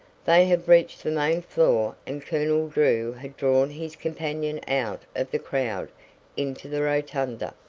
they had reached the main floor and colonel drew had drawn his companion out of the crowd into the rotunda.